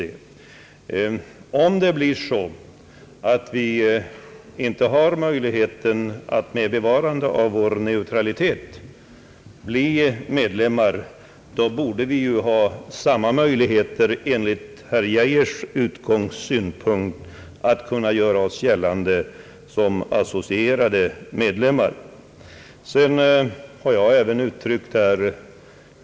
Om vi inte har möjlighet att bli medlemmar med bevarande av vår neutralitet, så borde vi ju, utifrån herr Geijers utgångspunkt, ändå ha precis samma möjligheter att göra oss gällande, om vårt land blir associerad medlem.